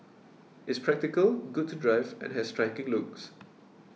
it's practical good to drive and has striking looks